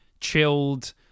chilled